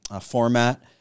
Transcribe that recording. format